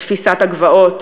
את תפיסת הגבעות,